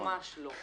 ממש לא.